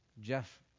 Jeff